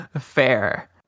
Fair